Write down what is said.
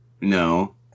No